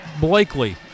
Blakely